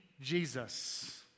Jesus